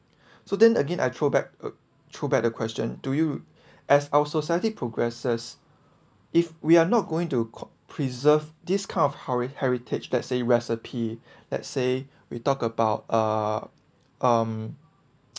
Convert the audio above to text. so then again I throwback throwback the question to you as our society progresses if we are not going to preserve this kind of heri~ heritage let's say recipe let's say we talk about uh um